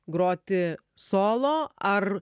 groti solo ar